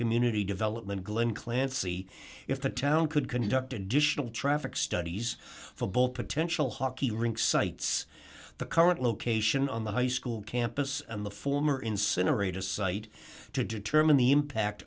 community development glen clancy if the town could conduct additional traffic studies football potential hockey rink sites the current location on the high school campus and the former incinerators site to determine the impact